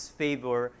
favor